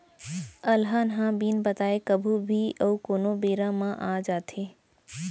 अलहन ह बिन बताए कभू भी अउ कोनों बेरा म आ जाथे